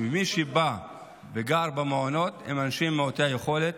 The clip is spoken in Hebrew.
ומי שגר במעונות אלה אנשים מעוטי יכולת,